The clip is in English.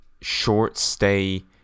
short-stay